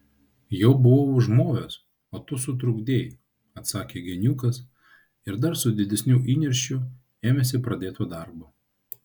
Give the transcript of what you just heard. jau buvau užmovęs o tu sutrukdei atsakė geniukas ir dar su didesniu įniršiu ėmėsi pradėto darbo